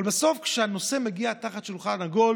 אבל בסוף, כשהנושא מגיע על שולחן עגול,